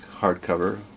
hardcover